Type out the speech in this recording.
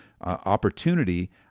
opportunity